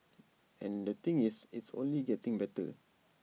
and the thing is it's only getting better